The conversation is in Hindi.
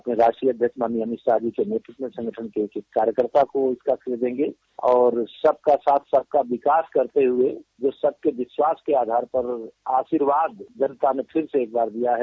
अपने राष्ट्रीय अध्यक्ष अमितशाह के नेतृत्व संगठन के कार्यकर्ता को इसका श्रेय देंगे और सबका साथ सबका विकास करते हुए जो सबके विश्वास के आधार पर आशीर्वाद जनता ने फिर से एकबार दिया है